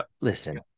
Listen